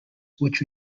which